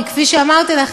כי כפי שאמרתי לך,